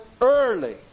early